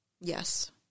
Yes